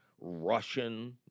Russian